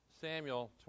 Samuel